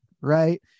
right